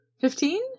Fifteen